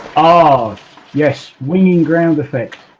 ah yes winning ground effects